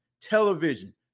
television